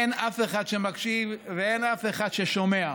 אין אף אחד שמקשיב ואין אף אחד ששומע.